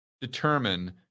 determine